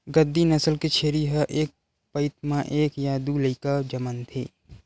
गद्दी नसल के छेरी ह एक पइत म एक य दू लइका जनमथे